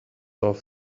off